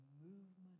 movement